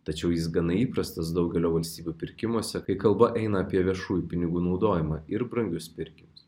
tačiau jis gana įprastas daugelio valstybių pirkimuose kai kalba eina apie viešųjų pinigų naudojimą ir brangius pirkinius